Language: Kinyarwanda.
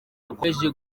akomeje